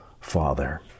Father